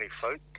folk